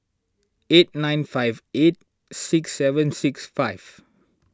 eight nine five eight six seven six five